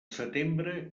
setembre